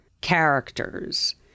characters